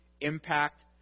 impact